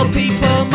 people